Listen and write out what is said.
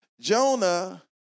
Jonah